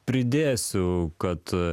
pridėsiu kad